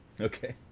Okay